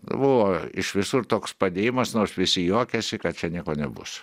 nu buvo iš visur toks padėjimas nors visi juokėsi kad čia nieko nebus